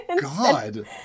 God